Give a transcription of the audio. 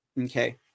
okay